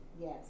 Yes